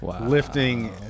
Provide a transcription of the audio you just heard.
lifting